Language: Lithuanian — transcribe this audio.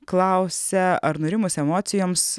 klausia ar nurimus emocijoms